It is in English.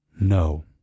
No